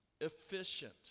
efficient